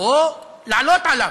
או לעלות עליו.